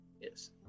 Yes